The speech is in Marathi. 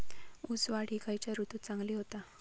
ऊस वाढ ही खयच्या ऋतूत चांगली होता?